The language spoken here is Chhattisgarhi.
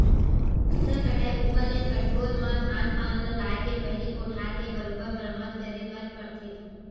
फसल कटई ऊपर ले कठोर म धान पान ल लाए के पहिली कोठार के बरोबर मरम्मत करे बर पड़थे